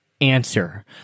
answer